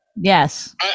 Yes